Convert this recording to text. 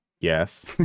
Yes